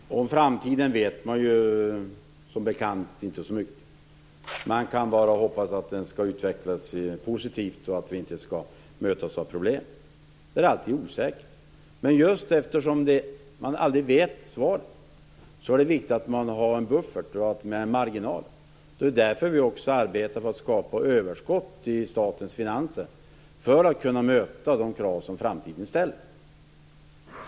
Herr talman! Om framtiden vet man, som bekant, inte så mycket. Man kan bara hoppas att det blir en positiv utveckling och att vi inte skall behöva möta problem. Det är ju alltid osäkert. Men just därför att man aldrig vet svaren är det viktigt att ha en buffert, en marginal. Vi arbetar på att skapa överskott i statens finanser just för att kunna möta de krav som framtiden ställer.